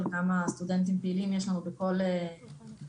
כמה סטודנטים פעילים יש לנו בכל מגמה.